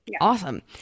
Awesome